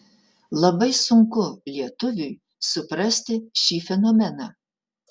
labai sunku lietuviui suprasti šį fenomeną